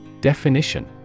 Definition